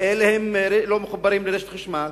הם לא מחוברים לרשת חשמל,